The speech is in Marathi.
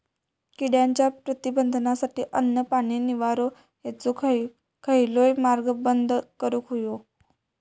किड्यांच्या प्रतिबंधासाठी अन्न, पाणी, निवारो हेंचो खयलोय मार्ग बंद करुक होयो